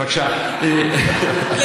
בראש העין אין.